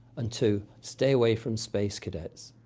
and two, stay away from space cadets.